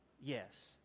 Yes